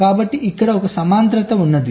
కాబట్టి ఇక్కడ ఒక సమాంతరత ఉంది